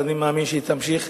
אבל אני מאמין שהיא תמשיך